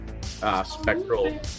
spectral